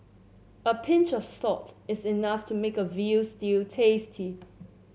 a pinch of salt is enough to make a veal stew tasty